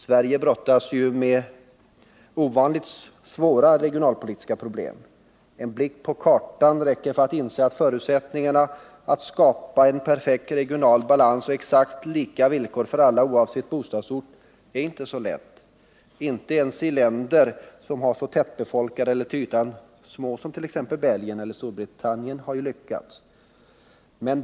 Sverige brottas ju med ovanligt svåra regionalpolitiska problem. En blick på kartan räcker för att inse att förutsättningarna att skapa en perfekt regional balans på exakt lika villkor för alla oavsett bostadsort inte är så goda. Inte ens länder som är så tätbefolkade eller till ytan små som Belgien och Storbritannien har lyckats.